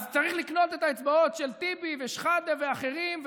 אז צריך לקנות את האצבעות של טיבי ושחאדה ואחרים,